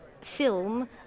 film